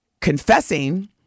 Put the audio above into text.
confessing